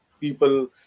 people